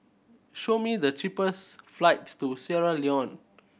show me the cheapest flights to Sierra Leone